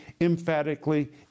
emphatically